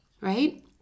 right